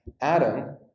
Adam